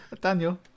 Daniel